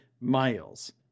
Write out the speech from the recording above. miles